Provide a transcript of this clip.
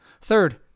Third